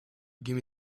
give